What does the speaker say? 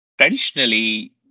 Traditionally